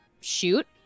shoot